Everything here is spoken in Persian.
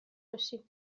باشی